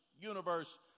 universe